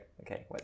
Okay